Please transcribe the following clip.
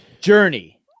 Journey